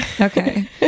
okay